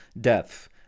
death